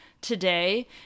today